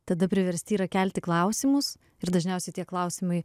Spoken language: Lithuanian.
tada priversti yra kelti klausimus ir dažniausiai tie klausimai